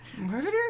Murder